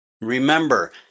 Remember